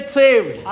saved